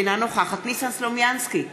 אינה נוכחת ניסן סלומינסקי,